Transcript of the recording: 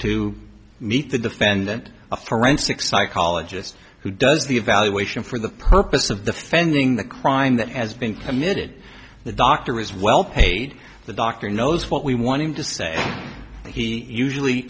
to meet the pendent a forensic psychologist who does the evaluation for the purpose of the fending the crime that has been committed the doctor is well paid the doctor knows what we want him to say he usually